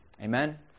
Amen